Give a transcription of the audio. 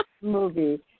movie